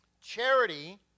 Charity